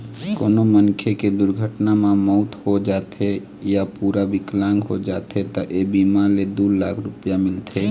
कोनो मनखे के दुरघटना म मउत हो जाथे य पूरा बिकलांग हो जाथे त ए बीमा ले दू लाख रूपिया मिलथे